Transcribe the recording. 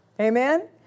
Amen